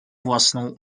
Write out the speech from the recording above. własną